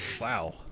Wow